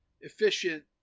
efficient